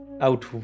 out